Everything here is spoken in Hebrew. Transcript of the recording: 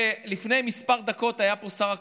לפני כמה דקות היה פה השר אקוניס.